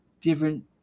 different